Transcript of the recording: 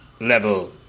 level